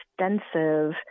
extensive